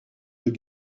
deux